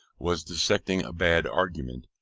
was dissecting a bad argument,